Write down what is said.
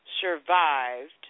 survived